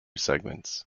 segments